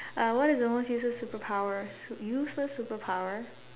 uh what is the most useless superpower useless superpower